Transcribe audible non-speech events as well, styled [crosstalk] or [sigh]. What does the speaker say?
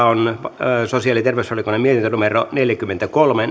[unintelligible] on sosiaali ja terveysvaliokunnan mietintö neljäkymmentäkolme [unintelligible]